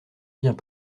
vient